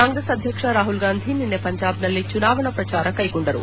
ಕಾಂಗ್ರೆಸ್ ಅಧ್ಯಕ್ಷ ರಾಹುಲ್ ಗಾಂಧಿ ನಿನ್ನೆ ಪಂಜಾಬ್ನಲ್ಲಿ ಚುನಾವಣಾ ಪ್ರಚಾರ ಕೈಗೊಂಡರು